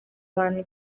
bantu